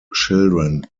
children